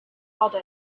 body